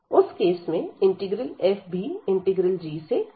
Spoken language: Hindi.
उस केस में इंटीग्रल f भी इंटीग्रल g से बड़ा होगा